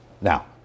Now